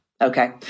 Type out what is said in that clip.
Okay